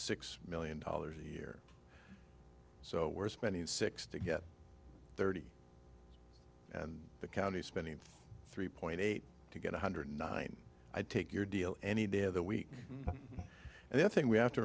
six million dollars a year so we're spending six to get thirty and the county spending three point eight to get one hundred nine i take your deal any day of the week and the thing we have to